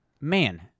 Man